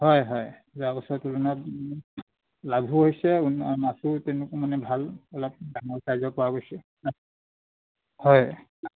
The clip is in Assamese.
হয় হয় যোৱা বছৰ তুলনাত লাভো হৈছে আৰু মাছো তেনেকুৱা মানে ভাল অলপ ওলাইছে ডাঙৰ ছাইজৰ পোৱা গৈছে হয়